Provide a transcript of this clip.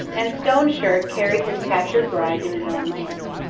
and stone shirt carried his captured bride to his own land.